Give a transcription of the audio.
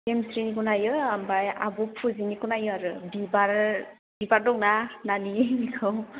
गेमस्रिनिखौ नायो ओमफ्राइ आब' फुजिनिखौ नायो आरो बिबार बिबार दंना नानिनिखौ